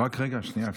רק רגע, שנייה.